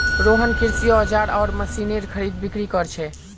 रोहन कृषि औजार आर मशीनेर खरीदबिक्री कर छे